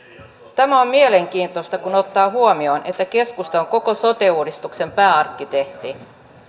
tämä on mielenkiintoista kun ottaa huomioon että keskusta on koko sote uudistuksen pääarkkitehti